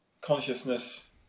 consciousness